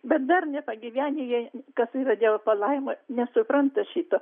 bet dar nepagyvenę jie kas yra dievo palaima nesupranta šito